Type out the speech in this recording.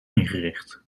ingericht